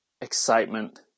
excitement